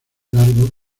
los